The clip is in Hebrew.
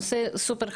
זה נושא סופר-חשוב.